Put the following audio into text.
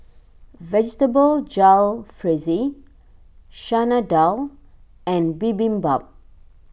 Vegetable Jalfrezi Chana Dal and Bibimbap